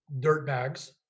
dirtbags